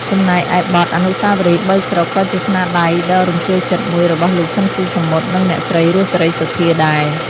ចំណែកឯបទ អនុស្សាវរីយ៍បីស្រុក ក៏ជាស្នាដៃដ៏រំជួលចិត្តមួយរបស់លោក ស៊ីន ស៊ីសាមុត និងអ្នកស្រី រស់ សេរីសុទ្ធាដែរ។